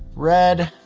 red.